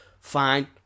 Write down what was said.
Fine